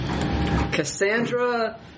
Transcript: Cassandra